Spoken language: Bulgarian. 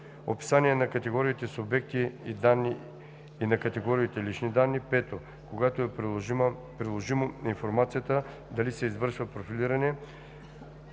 описание на категориите субекти на данни и на категориите лични данни; 5. когато е приложимо, информация дали се извършва профилиране;